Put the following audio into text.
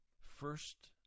first